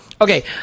okay